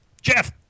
Jeff